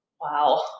Wow